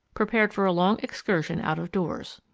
prepared for a long excursion out of doors.